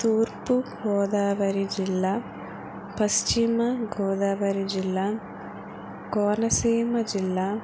తూర్పు గోదావరి జిల్లా పశ్చిమ గోదావరి జిల్లా కోనసీమ జిల్లా